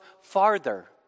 farther